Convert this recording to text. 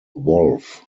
wolf